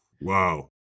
Wow